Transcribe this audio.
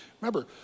Remember